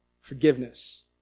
forgiveness